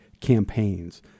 campaigns